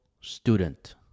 student